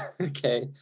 Okay